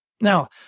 Now